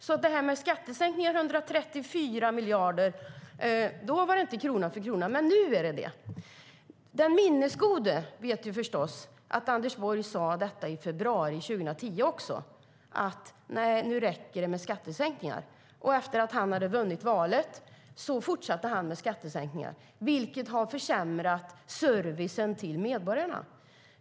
När det gällde skattesänkningarna med 134 miljarder var det inte krona för krona, men nu är det så. Den minnesgode vet förstås att Anders Borg sade detta också i februari 2010: Nej, nu räcker det med skattesänkningar. Och efter att han hade vunnit valet fortsatte han med skattesänkningar, vilket har försämrat servicen till medborgarna.